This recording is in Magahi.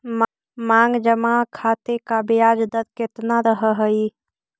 मांग जमा खाते का ब्याज दर केतना रहअ हई